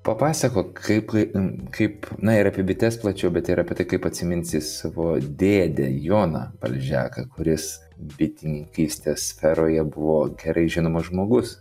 papasakok kaip kaip na ir apie bites plačiau bet ir apie tai kaip atsiminsi savo dėdę joną balžeką kuris bitininkystės sferoje buvo gerai žinomas žmogus